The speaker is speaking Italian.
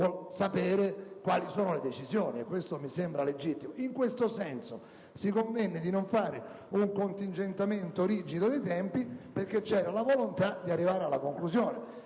vuol sapere quali sono le decisioni, e questo mi sembra legittimo. Si convenne di non procedere ad un contingentamento rigido dei tempi perché c'era la volontà di arrivare alla conclusione.